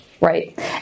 Right